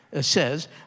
says